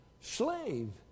slave